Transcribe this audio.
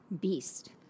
beast